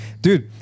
dude